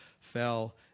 fell